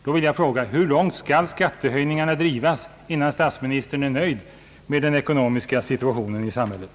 Då vill jag fråga: Hur långt skall skattehöjningarna drivas innan statsministern är nöjd med den ekonomiska situationen i samhället?